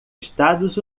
estados